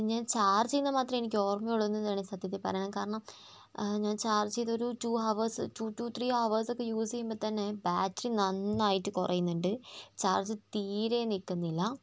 ഞാൻ ചാർജ് ചെയ്യുന്നത് മാത്രമേ എനിക്ക് ഓർമ്മയുള്ളൂ എന്നതാണ് സത്യത്തിൽ പറയാൻ കാരണം ഞാൻ ചാർജ് ചെയ്തൊരു ടൂ ഹവേഴ്സ് ഒരു ടൂ ടു ട്രീ ഹവേഴ്സ് ഒക്കെ യൂസ് ചെയ്യുമ്പോൾ തന്നെ ബാറ്ററി നന്നായിട്ട് കുറയുന്നുണ്ട് ചാർജ് തീരെ നിൽക്കുന്നില്ല